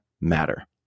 matter